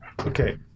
Okay